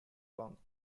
pump